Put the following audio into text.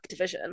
Activision